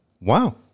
Wow